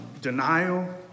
denial